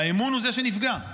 והאמון הוא זה שנפגע,